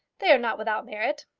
they are not without merit.